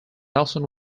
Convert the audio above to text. nelson